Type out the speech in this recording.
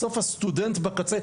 בסוף הסטודנט בקצה,